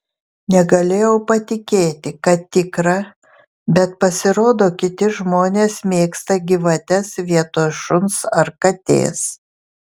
negalėjau patikėti kad tikra bet pasirodo kiti žmonės mėgsta gyvates vietoj šuns ar katės